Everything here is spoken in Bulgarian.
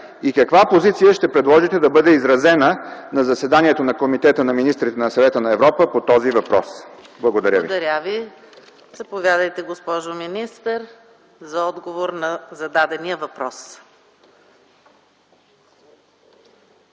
Каква позиция ще предложите да бъде изразена на заседанието на Комитета на министрите на Съвета на Европа по този въпрос? Благодаря ви. ПРЕДСЕДАТЕЛ ЕКАТЕРИНА МИХАЙЛОВА: Благодаря Ви. Заповядайте, госпожо министър, за отговор на зададения въпрос.